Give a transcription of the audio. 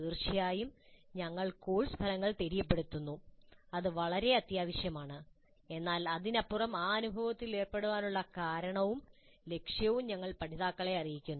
തീർച്ചയായും ഞങ്ങൾ കോഴ്സ് ഫലങ്ങൾ തെര്യപ്പെടുത്തുന്നു അത് വളരെ അത്യാവശ്യമാണ് എന്നാൽ അതിനപ്പുറം ആ അനുഭവത്തിൽ ഏർപ്പെടാനുള്ള കാരണവും ലക്ഷ്യവും ഞങ്ങൾ പഠിതാക്കളെ അറിയിക്കുന്നു